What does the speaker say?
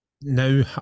now